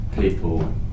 people